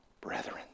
brethren